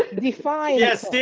and define yes,